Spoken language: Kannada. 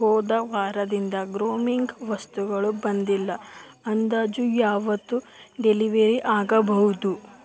ಹೋದ ವಾರದಿಂದ ಗ್ರೂಮಿಂಗ್ ವಸ್ತುಗಳು ಬಂದಿಲ್ಲ ಅಂದಾಜು ಯಾವತ್ತು ಡೆಲಿವೆರಿ ಆಗಬಹುದು